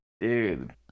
dude